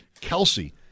Kelsey